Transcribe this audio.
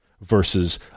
versus